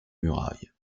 murailles